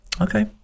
Okay